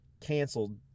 canceled